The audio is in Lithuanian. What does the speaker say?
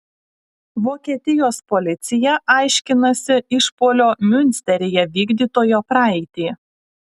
vokietijos policija aiškinasi išpuolio miunsteryje vykdytojo praeitį